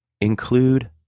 include